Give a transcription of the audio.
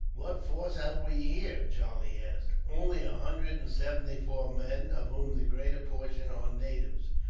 what force have we here? charlie asked. only a hundred and seventy-four men, of whom the greater portion are natives.